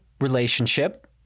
relationship